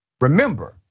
Remember